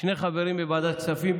שני חברים בוועדת כספים,